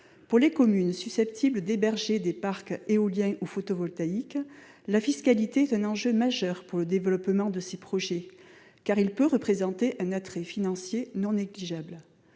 Pour les communes susceptibles d'héberger des parcs éoliens ou photovoltaïques, la fiscalité est un enjeu majeur pour le développement de ces projets, car il peut représenter un attrait financier non négligeable.